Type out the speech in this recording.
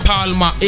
Palma